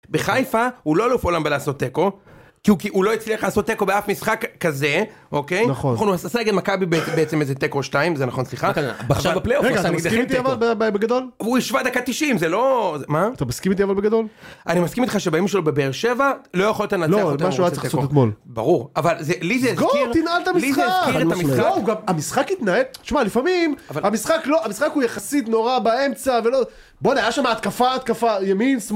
בחיפה הוא לא אלוף העולם בלעשות תיקו. כי הוא לא הצליח לעשות תיקו באף משחק כזה, אוקיי? נכון. הוא עשה גם מכבי בעצם איזה תיקו 2, זה נכון סליחה? בפליי אופ אני גדלתי תיקו. רגע, אתה מסכים איתי אבל בגדול? הוא השווה בדקה ה-90, זה לא... מה? אתה מסכים איתי אבל בגדול? אני מסכים איתך שבימים שלו בבאר שבע, לא יכולתה לנצח אותם לעשות תיקו. ברור, אבל זה, לי זה הזכיר... סגור, תנהל את המשחק! לי זה הזכיר את המשחק. המשחק התנהל... תשמע, לפעמים... המשחק הוא יחסית נורא באמצע ולא... בו הנה, היה שם התקפה, התקפה ימין, שמאלה...